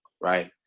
right